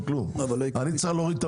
לקחת מחירים גבוהים אז לא עשינו כלום.